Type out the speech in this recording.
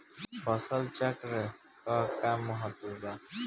फसल चक्रण क का महत्त्व बा?